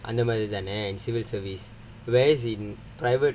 அந்த மாதிரி தானே:andha maadhiri thaanae civil service whereas in private